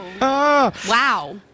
wow